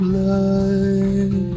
light